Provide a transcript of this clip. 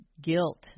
Guilt